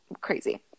Crazy